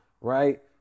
right